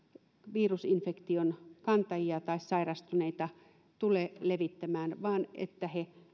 virusinfektion kantajia tai sairastuneita tule levittämään vaan että he